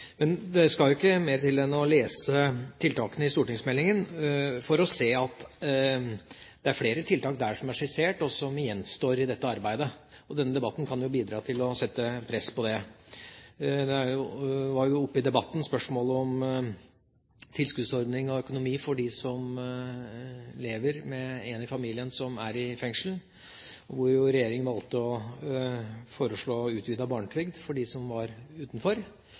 Men det skal ikke mer til enn å lese tiltakene i stortingsmeldingen for å se at det er flere tiltak som er skissert der, som gjenstår i dette arbeidet. Denne debatten kan jo bidra til å sette press på det. I debatten var det spørsmål oppe om tilskuddsordning og økonomi for dem som lever med én i familien som er i fengsel. Regjeringen valgte å foreslå utvidet barnetrygd for dem som er utenfor